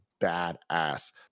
badass